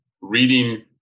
reading